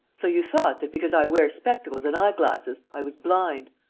so you thought that, because i wear spectacles and eye-glasses, i was blind?